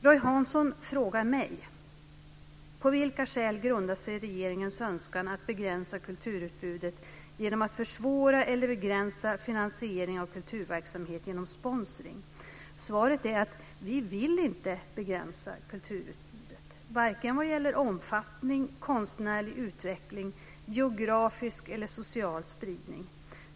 Roy Hansson frågar mig: På vilka skäl grundar sig regeringens önskan att begränsa kulturutbudet genom att försvåra eller begränsa finansiering av kulturverksamhet genom sponsring? Svaret är att vi inte vill begränsa kulturutbudet - vare sig vad gäller omfattning, konstnärlig utveckling, geografisk eller social spridning.